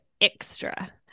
extra